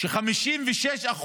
ש-56%,